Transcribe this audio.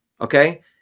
Okay